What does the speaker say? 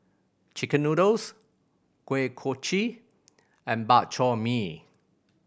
chicken noodles Kuih Kochi and Bak Chor Mee